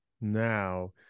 Now